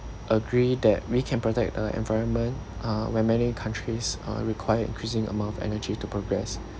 agree that we can protect the environment uh when many countries uh require increasing amount of energy to progress